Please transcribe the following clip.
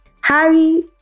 Harry